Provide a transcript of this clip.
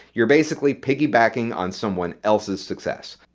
you're basically piggybacking on someone else's success.